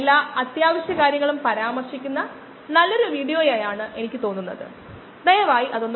അതിനാൽ ഇത് ഇവിടെയും ഒരു പ്രത്യേക ഡ്രൈ സെല്ലി നു മുകളിലായി ലീനിയർ ആകാൻ പോകുന്നു ഇത് യഥാർത്ഥത്തിൽ പൂരിതമാകും